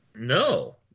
No